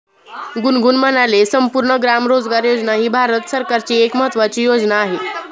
गुनगुन म्हणाले, संपूर्ण ग्राम रोजगार योजना ही भारत सरकारची एक महत्त्वाची योजना आहे